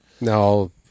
no